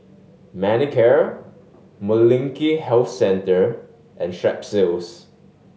Manicare Molnylcke Health Centre and Strepsils